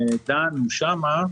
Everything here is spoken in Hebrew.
דן ליכטמן,